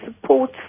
support